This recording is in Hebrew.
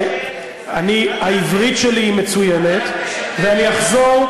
העברית שלי היא מצוינת, ואני אחזור,